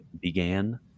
began